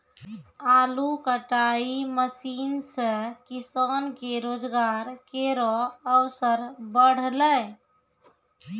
आलू कटाई मसीन सें किसान के रोजगार केरो अवसर बढ़लै